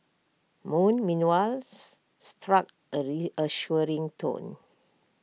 moon meanwhiles struck A reassuring tone